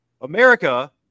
America